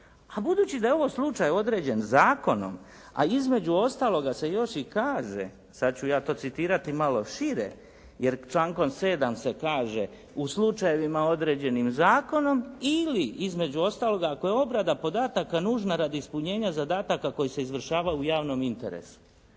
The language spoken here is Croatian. budući da je ovo slučaj određen zakonom, a između ostaloga se još i kaže, sad ću ja to citirati malo šire jer člankom 7. se kaže "u slučajevima određenim zakonom ili između ostaloga ako je obrada podataka nužna radi ispunjenja zadataka koji se izvršava u javnom interesu."